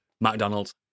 McDonald's